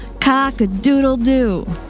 cock-a-doodle-doo